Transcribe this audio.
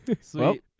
sweet